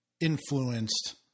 influenced